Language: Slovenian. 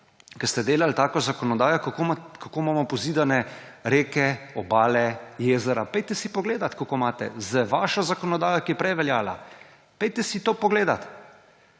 ki ste delali tako zakonodajo, kako imamo pozidane reke, obale, jezera, pojdite si pogledat, kako imate – z vašo zakonodajo, ki je prej veljala. Pojdite si to pogledat.